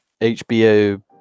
HBO